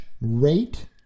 rate